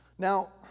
Now